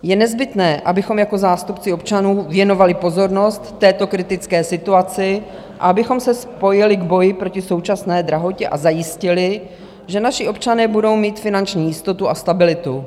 Je nezbytné, abychom jako zástupci občanů věnovali pozornost této kritické situaci, abychom se spojili k boji proti současné drahotě a zajistili, že naši občané budou mít finanční jistotu a stabilitu.